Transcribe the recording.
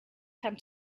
tend